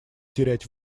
терять